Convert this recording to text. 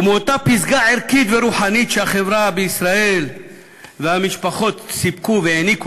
אותה פסגה ערכית ורוחנית שהחברה בישראל והמשפחות סיפקו והעניקו